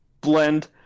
blend